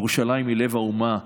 ירושלים היא לב האומה.